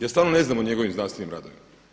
Ja stvarno ne znam o njegovim znanstvenim radovima.